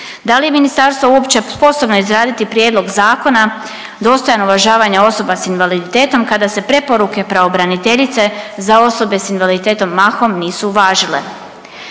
Da li je ministarstvo uopće sposobno izraditi prijedlog zakona dostojan uvažavanja osoba s invaliditetom kada se preporuke pravobraniteljice za osobe s invaliditetom mahom nisu važile.